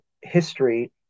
history